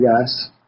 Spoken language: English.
guys